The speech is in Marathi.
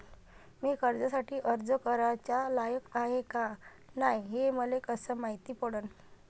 मी कर्जासाठी अर्ज कराचा लायक हाय का नाय हे मले कसं मायती पडन?